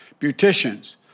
beauticians